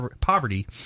poverty